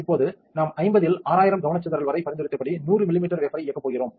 இப்போது நாம் 50 இல் 6000 கவனச்சிதறல் வரை பரிந்துரைத்தபடி 100 மில்லிமீட்டர் வேபர் ஐ இயக்கப் போகிறோம்